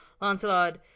Lancelot